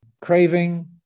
craving